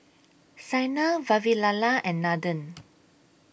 Saina Vavilala and Nathan